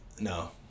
No